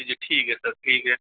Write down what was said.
जी ठीक है सर ठीक है